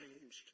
changed